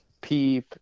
peep